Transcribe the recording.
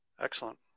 Excellent